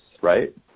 right